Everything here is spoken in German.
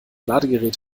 ladegerät